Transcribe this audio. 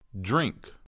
Drink